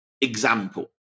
example